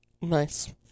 Nice